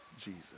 Jesus